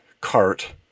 cart